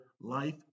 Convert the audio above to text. life